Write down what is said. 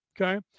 Okay